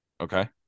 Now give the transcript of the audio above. Okay